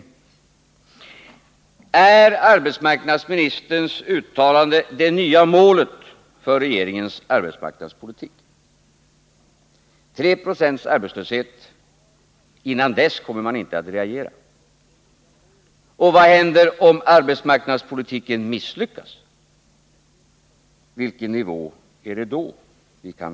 För det första: Är arbetsmarknadsministerns uttalande om 3 Z6 arbetslöshet att uppfatta som det nya målet för regeringens arbetsmarknadspolitik? Kommer man inte att reagera förrän den gränsen uppnås? Och vad händer om arbetsmarknadspolitiken misslyckas — vilken nivå kan vi då vänta oss?